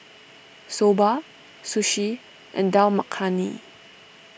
Soba Sushi and Dal Makhani